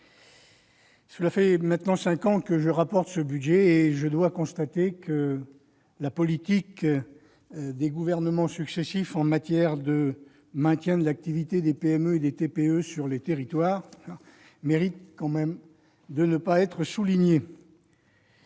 Cela fait maintenant cinq ans que je rapporte ce budget et je dois constater que la politique des gouvernements successifs pour maintenir l'activité des PME et des TPE sur les territoires mérite quand même de ne pas être soulignée.